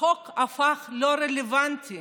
החוק הפך ללא רלוונטי